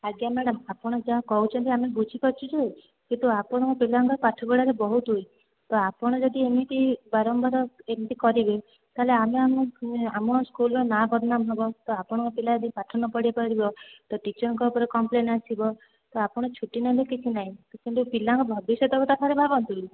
ଆଜ୍ଞା ମ୍ୟାଡମ ଆମେ ଆପଣ ଯାହା କହୁଛନ୍ତି ବୁଝି ପାରୁଛୁ ଯେ କିନ୍ତୁ ଆପଣଙ୍କ ପିଲାଙ୍କ ପାଠ ପଢ଼ା ବହୁତ ଉଇକ୍ ଆପଣ ଯଦି ଏମିତି ବାରମ୍ବାର ଏମିତି କରିକି ତାହାଲେ ଆମେ ଆମର ସ୍କୁଲର ନାଁ ବଦନାମ ହବା ତ ଆପଣଙ୍କ ପିଲା ଯଦି ପାଠ ନ ପଢ଼େଇପାରିବ ତ ଟିଚରଙ୍କ ଉପରେ କମ୍ପ୍ଲେନ ଆସିବ ତ ଆପଣ ଛୁଟି ନେଲେ କିଛି ନାହିଁ କିନ୍ତୁ ପିଲାଙ୍କ ଭବିଷ୍ୟତ କଥା ଥରେ ଭାବନ୍ତୁ